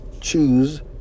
choose